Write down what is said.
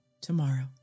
tomorrow